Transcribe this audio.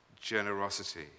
generosity